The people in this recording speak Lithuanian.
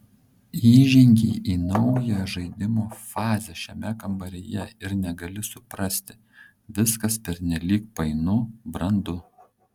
įžengei į naują žaidimo fazę šiame kambaryje ir negali suprasti viskas pernelyg painu brandu